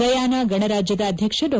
Guyana ಗಣರಾಜ್ಯದ ಅಧ್ಯಕ್ಷ ಡಾ